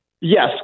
Yes